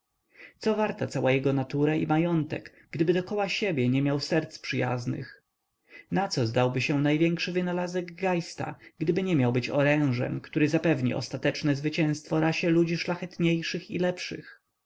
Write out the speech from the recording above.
co warta cała jego nauka i majątek gdyby dokoła siebie nie miał serc przyjaznych naco zdałby się największy wynalazek geista gdyby nie miał być orężem który zapewni ostateczne zwycięstwo rasie ludzi szlachetniejszych i lepszych